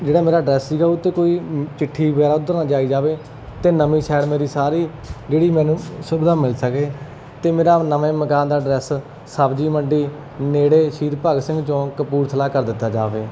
ਜਿਹੜਾ ਮੇਰਾ ਡਰੈਸ ਸੀਗਾ ਉਹ 'ਤੇ ਕੋਈ ਚਿੱਠੀ ਵਗੈਰਾ ਉੱਧਰ ਨਾ ਜਾਈ ਜਾਵੇ ਅਤੇ ਨਵੀਂ ਸਾਈਡ ਮੇਰੀ ਸਾਰੀ ਜਿਹੜੀ ਮੈਨੂੰ ਸੁਵਿਧਾ ਮਿਲ ਸਕੇ ਅਤੇ ਮੇਰਾ ਹੁਣ ਨਵੇਂ ਮਕਾਨ ਦਾ ਐਡਰੈਸ ਸਬਜ਼ੀ ਮੰਡੀ ਨੇੜੇ ਸ਼ਹੀਦ ਭਗਤ ਸਿੰਘ ਚੌਕ ਕਪੂਰਥਲਾ ਕਰ ਦਿੱਤਾ ਜਾਵੇ